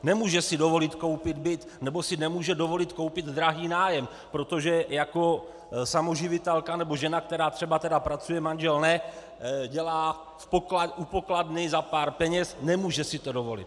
Nemůže si dovolit koupit byt nebo si nemůže dovolit koupit drahý nájem, protože jako samoživitelka nebo žena, která třeba pracuje, manžel ne, dělá u pokladny za pár peněz, nemůže si to dovolit.